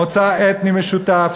מוצא אתני משותף,